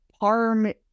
Parm